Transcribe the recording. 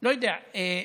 לא יודע,